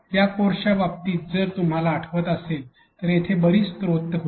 या कोर्सच्या बाबतीतच जर तुम्हाला आठवत असेल तर तेथे बरीच स्त्रोत होते